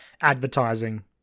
advertising